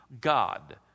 God